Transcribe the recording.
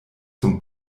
zum